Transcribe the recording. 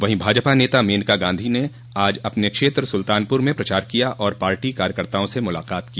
वहीं भाजपा नेता मेनका गांधी ने आज अपने क्षेत्र सुलतानपुर में प्रचार किया और पार्टी कार्यकर्ताओं से मुलाकात की